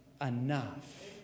enough